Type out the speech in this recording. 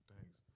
Thanks